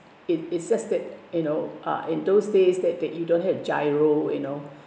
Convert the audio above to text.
it it's just that you know uh in those days that that you don't have giro you know